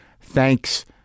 Thanks